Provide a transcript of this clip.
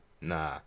Nah